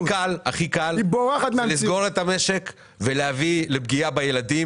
הכי קל לסגור את המשק ולהביא לפגיעה בילדים.